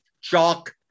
chalk